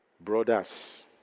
Brothers